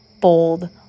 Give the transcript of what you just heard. bold